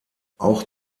auch